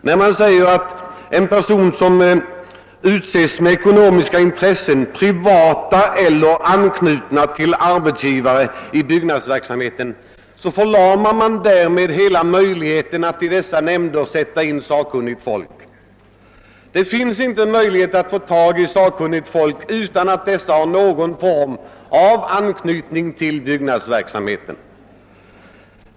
Ett genomförande av kravet att personer med ekonomiska intressen i byggnadsverksamheten — privata eller anslutna till arbetsgivare — ej får väljas in i byggnadseller fastighetsnämnd skulle förstöra alla möjligheter att i dessa nämnder ta in sakkunnigt folk. Det finns knappast sakkunnigt folk att tillgå utan någon form av anknytning till byggnadsverksamhet.